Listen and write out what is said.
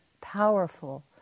powerful